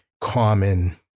common